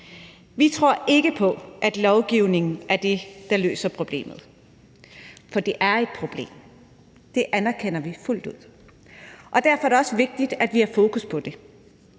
Vi tror ikke på, at lovgivning er det, der løser problemet. Det er et problem – det anerkender vi fuldt ud. Derfor er det også vigtigt, at vi har fokus på det.